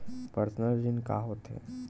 Personal ऋण का होथे?